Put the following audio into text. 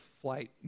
Flight